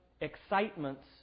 excitements